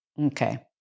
Okay